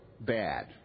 bad